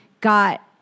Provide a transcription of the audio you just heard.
got